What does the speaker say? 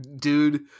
Dude